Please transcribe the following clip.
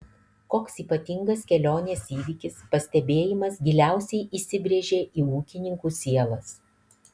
koks ypatingas kelionės įvykis pastebėjimas giliausiai įsibrėžė į ūkininkų sielas